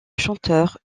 chanteur